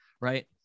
right